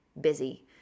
busy